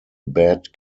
bad